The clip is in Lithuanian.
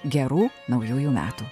gerų naujųjų metų